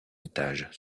stages